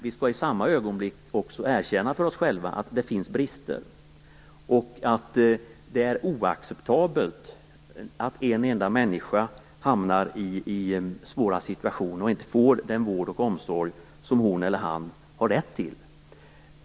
I samma ögonblick skall vi också erkänna för oss själva att det finns brister och att det är oacceptabelt att en enda människa hamnar i svåra situationer och inte får den vård och omsorg som hon eller han har rätt till.